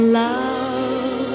love